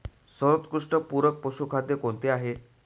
सर्वोत्कृष्ट पूरक पशुखाद्य कोणते आहे?